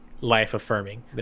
life-affirming